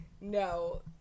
no